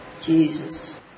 Jesus